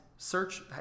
Search